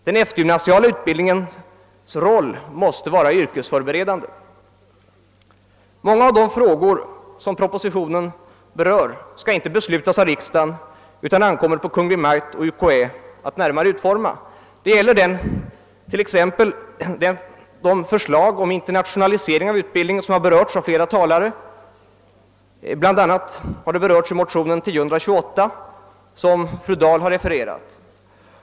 Den eftergymnasiala utbildningen måste vara yrkesförberedande. Många av de frågor som propositionen tar upp skall inte beslutas av riksdagen utan ankommer på Kungl. Maj:t och UKÄ att närmare ta ställning till. Detta gäller t.ex. de förslag om internationalisering av utbildningen som berörts av flera talare och som tas upp i motion II: 1028, vilken fru Dahl har refererat.